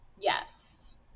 Yes